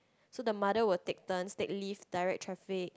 so the mother will take turns take leave direct traffic